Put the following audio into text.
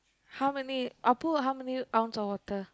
how many Appu how many ounce of water